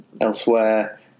elsewhere